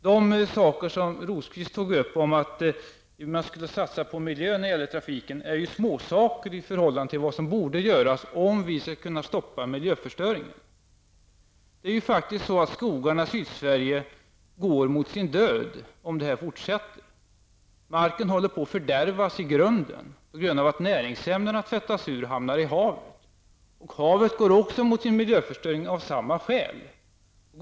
De frågor Rosqvist tog upp om att satsa på miljön i fråga om trafiken är småsaker i förhållande till vad som borde göras om miljöförstöringen skall kunna stoppas. Skogarna i Sydsverige går mot sin död om nuvarande miljöförstöring fortsätter. Marken håller på att fördärvas i grunden på grund av att näringsämnen tvättas ur och hamnar i havet. Havet blir också förstört av samma skäl.